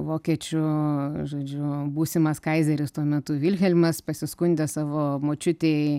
vokiečių žodžiu būsimas kaizeris tuo metu vilhelmas pasiskundė savo močiutei